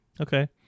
Okay